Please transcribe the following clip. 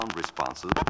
Responses